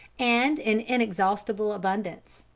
and in inexhaustible abundance.